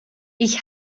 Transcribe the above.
ich